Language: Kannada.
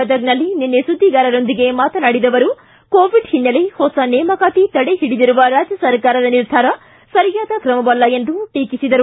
ಗದಗ ನಿನ್ನೆ ಸುದ್ವಿಗಾರರೊಂದಿಗೆ ಮಾತನಾಡಿದ ಅವರು ಕೋವಿಡ್ ಹಿನ್ನೆಲೆ ಹೊಸ ನೇಮಕಾತಿ ತಡೆ ಹಿಡಿದಿರುವ ರಾಜ್ಯ ಸರ್ಕಾರದ ನಿರ್ಧಾರ ಸರಿಯಾದ ಕ್ರಮವಲ್ಲ ಎಂದು ಟೀಕಿಸಿದರು